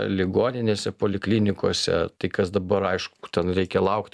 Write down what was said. ligoninėse poliklinikose tai kas dabar aišku ten reikia laukt